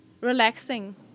relaxing